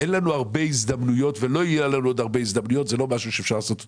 לא יהיו לנו עוד הרבה הזדמנויות לעשות זאת.